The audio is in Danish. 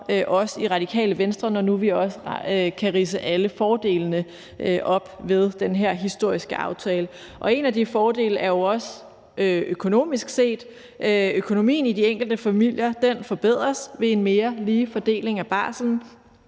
os i Radikale Venstre, når nu vi også kan ridse alle fordelene op ved den her historiske aftale. Og en af de fordele er jo også økonomisk, nemlig at økonomien i de enkelte familier forbedres ved en mere lige fordeling af barslen,